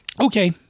okay